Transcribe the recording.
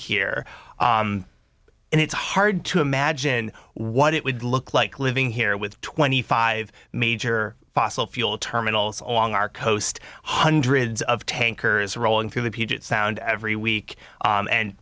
here and it's hard to imagine what it would look like living here with twenty five major fossil fuel terminals on our coast hundreds of tankers rolling through the puget sound every week